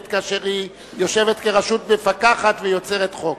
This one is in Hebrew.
כאשר היא יושבת כרשות מפקחת ויוצרת חוק.